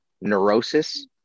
neurosis